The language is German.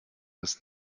das